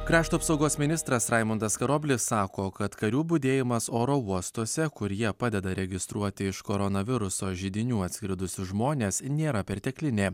krašto apsaugos ministras raimundas karoblis sako kad karių budėjimas oro uostuose kur jie padeda registruoti iš koronaviruso židinių atskridusius žmones nėra perteklinė